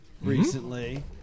recently